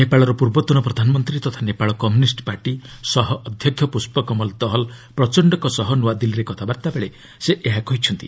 ନେପାଳର ପୂର୍ବତନ ପ୍ରଧାନମନ୍ତ୍ରୀ ତଥା ନେପାଳ କମ୍ୟୁନିଷ୍ଟ ପାର୍ଟି ସହ ଅଧ୍ୟକ୍ଷ ପୁଷ୍ପକମଲ୍ ଦହଲ ପ୍ରଚଣ୍ଡଙ୍କ ସହ ନୂଆଦିଲ୍ଲୀରେ କଥାବାର୍ତ୍ତାବେଳେ ସେ ଏହା କହିଛନ୍ତି